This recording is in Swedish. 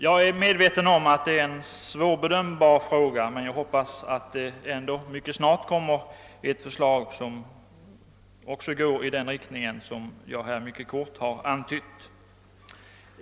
Jag är medveten om att detta är en svårlöst fråga men hoppas ändå att förslag mycket snart framlägges i den riktning som jag här mycket kort antytt.